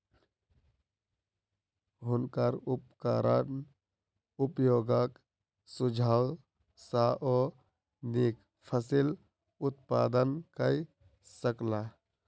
हुनकर उपकरण उपयोगक सुझाव सॅ ओ नीक फसिल उत्पादन कय सकला